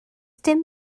dim